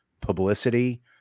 publicity